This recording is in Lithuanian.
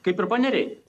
kaip ir paneriai